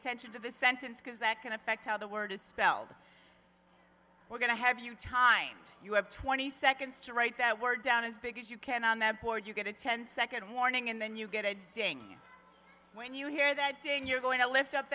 attention to the sentence because that can affect how the word is spelled we're going to have you time you have twenty seconds to write that word down as big as you can on the board you get a ten second warning and then you get a ding when you hear that thing you're going to lift up